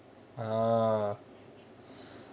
a'ah